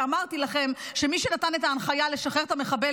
כשאמרתי לכם שמי שנתן את ההנחיה לשחרר את המחבל,